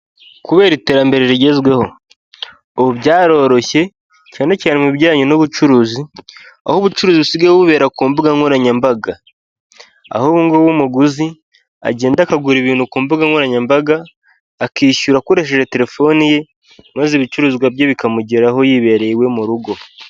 Kubera iterambere rigezweho; ubu byaroroshye, cyane cyane mu bijyanye n'ubucuruzi, aho ubucuruzi busigaye bubera ku mbuga nkoranyambaga. Aho ubungubu umuguzi agenda akagura ibintu ku mbuga nkoranyambaga, akishyura akoresheje telefoni ye, maze ibicuruzwa bye bikamugeraho yibereye iwe mu rugo.